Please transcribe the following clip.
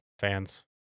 fans